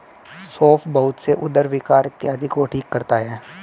सौंफ बहुत से उदर विकार इत्यादि को ठीक करता है